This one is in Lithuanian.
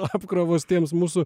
apkrovos tiems mūsų